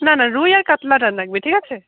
না না রুই আর কাতলাটা লাগবে ঠিক আছে